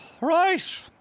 right